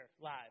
live